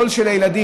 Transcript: קול של ילדים,